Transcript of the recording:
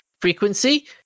frequency